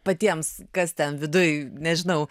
patiems kas ten viduj nežinau